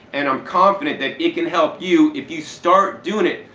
and i'm confident that it can help you if you start doing it.